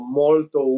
molto